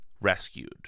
rescued